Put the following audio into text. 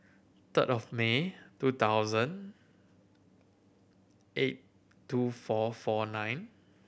third of May two thousand eight two four four nine